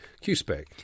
Q-Spec